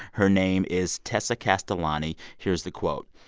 her name is tessa castellani. here's the quote.